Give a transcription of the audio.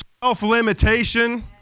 self-limitation